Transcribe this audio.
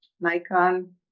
Nikon